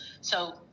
So-